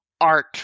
art